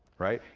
right?